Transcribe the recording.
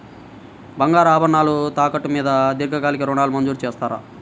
బంగారు ఆభరణాలు తాకట్టు మీద దీర్ఘకాలిక ఋణాలు మంజూరు చేస్తారా?